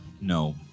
No